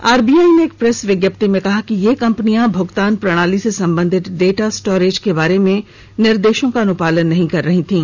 RBI ने एक press विज्ञप्ति में कहा कि ये कंपनियां भुगतान प्रणाली से संबंधित डेटा स्टोरेज के बारे में निर्देशों का अनुपालन नहीं कर रही थीं